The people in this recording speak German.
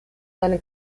seine